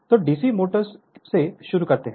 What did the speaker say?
तो DC motors से शुरू करते हैं